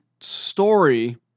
story